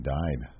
died